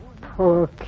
Poor